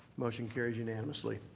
motion carries unanimously.